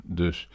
dus